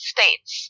States